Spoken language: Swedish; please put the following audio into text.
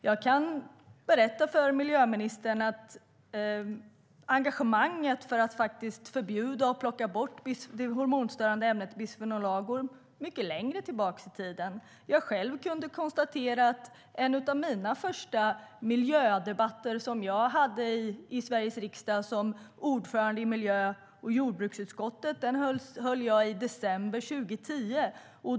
Jag kan berätta för miljöministern att engagemanget när det gäller att förbjuda och plocka bort det hormonstörande ämnet bisfenol A går mycket längre tillbaka i tiden. Jag själv kunde konstatera att en av de första miljödebatter som jag hade i Sveriges riksdag, som ordförande i miljö och jordbruksutskottet, hade jag i december 2010.